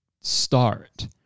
start